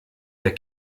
der